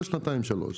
כל שנתיים-שלוש.